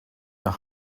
nach